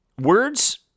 Words